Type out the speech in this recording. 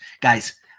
Guys